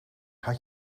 had